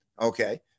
okay